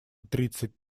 тридцать